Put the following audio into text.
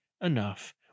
Enough